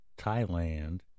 Thailand